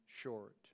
short